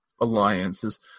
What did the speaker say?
alliances